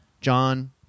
John